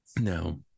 Now